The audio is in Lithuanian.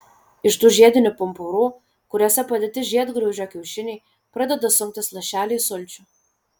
iš tų žiedinių pumpurų kuriuose padėti žiedgraužio kiaušiniai pradeda sunktis lašeliai sulčių